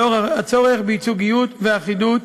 לאור הצורך בייצוגיות ואחידות,